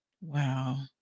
Wow